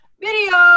video